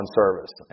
service